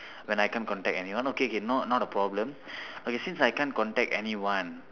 when I can't contact anyone okay K no not a problem okay since I can't contact anyone